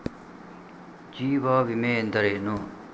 ಜೀವ ವಿಮೆ ಎಂದರೇನು?